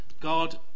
God